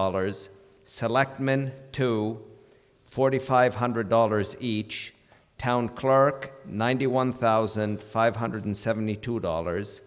dollars said lachman to forty five hundred dollars each town clerk ninety one thousand five hundred seventy two dollars